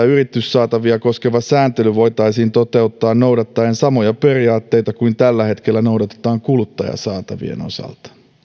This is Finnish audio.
yrityssaatavia koskeva sääntely voitaisiin toteuttaa noudattaen samoja periaatteita kuin tällä hetkellä noudatetaan kuluttajasaatavien osalta